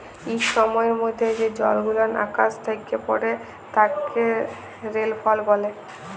ইক সময়ের মধ্যে যে জলগুলান আকাশ থ্যাকে পড়ে তাকে রেলফল ব্যলে